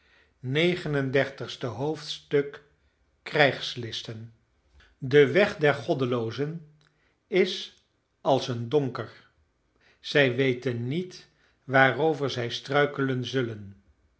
dertigste hoofdstuk krijgslisten de weg der goddeloozen is als een donker zij weten niet waarover zij struikelen zullen